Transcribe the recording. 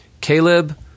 Caleb